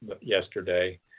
yesterday